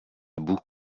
bout